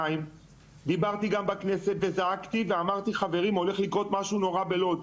דיברתי בכנסת וזעקתי ואמרתי שהולך לקרות משהו נורא בלוד.